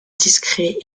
discret